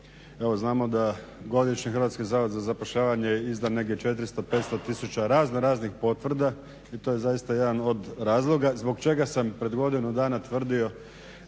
evo znamo da godišnje Hrvatski zavod za zapošljavanje izda negdje 400,500 tisuća razno raznih potvrda. I to je zaista jedan od razloga zbog čega sam pred godinu dana tvrdio